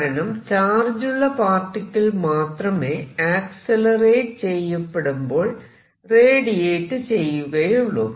കാരണം ചാർജുള്ള പാർട്ടിക്കിൾ മാത്രമേ ആക്സിലറേറ്റ് ചെയ്യപ്പെടുമ്പോൾ റേഡിയേറ്റ് ചെയ്യുകയുള്ളൂ